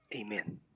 Amen